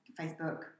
Facebook